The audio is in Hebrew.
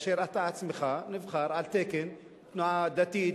כאשר אתה עצמך נבחר על תקן תנועה דתית,